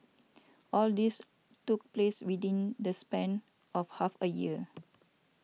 all this took place within the span of half a year